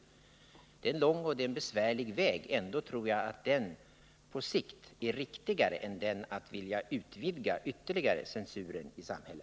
Det är en lång och besvärlig väg. Ändå tror jag att den på sikt är riktigare än den som leder till ytterligare utvidgning av censuren i vårt samhälle.